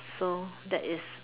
so that is